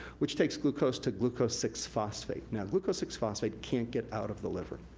which takes glucose to glucose six phosphate. now, glucose six phosphate can't get out of the liver.